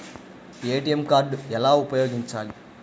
ATM card ఎలా ఉపయోగించాలి?